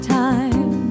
time